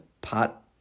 pot